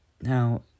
now